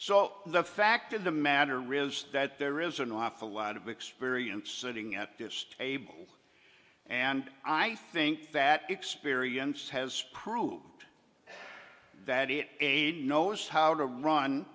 so the fact of the matter realize that there is an awful lot of experience sitting at this table and i think that experience has proved that it eighty knows how to run